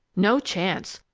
no chance.